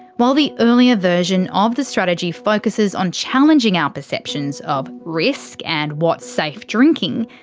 while the earlier version of the strategy focuses on challenging our perceptions of risk and what's safe drinking,